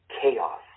chaos